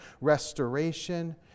restoration